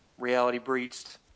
RealityBreached